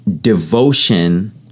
devotion